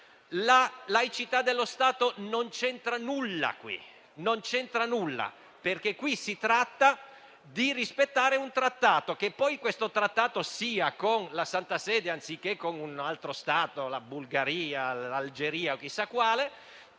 La laicità dello Stato qui non c'entra nulla. Non c'entra nulla, perché si tratta di rispettare un trattato; che poi questo trattato sia con la Santa Sede anziché con un altro Stato (la Bulgaria, l'Algeria o chissà quale)